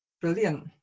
brilliant